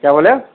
کیا بولے